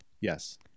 Yes